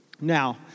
Now